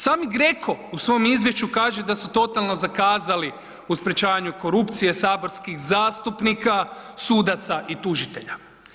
Sami GRECO u svom izvješću kaže da su totalno zakazali u sprečavanju korupcije saborskih zastupnika, sudaca i tužitelja.